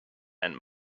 and